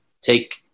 take